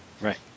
Right